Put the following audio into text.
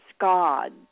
God